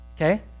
okay